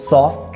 Soft